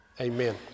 Amen